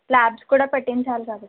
LADS కూడా పెట్టించాలి కాబట్టి